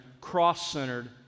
cross-centered